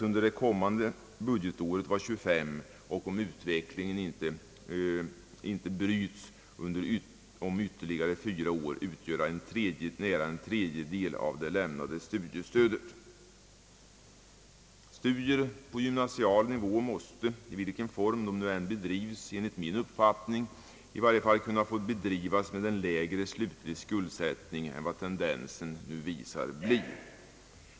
Under det kommande budgetåret beräknas den till 25 procent och, om utvecklingen inte bryts, beräknas den om ytterligare fyra år utgöra nära en tredjedel av det lämnade studiestödet. Enligt min mening måste studier på gymnasial nivå, i vilken form de nu än bedrivs, i varje fall kunna få bedrivas med en lägre slutlig skuldsättning än vad tendensen nu visar.